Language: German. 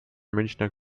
münchner